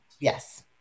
Yes